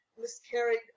miscarried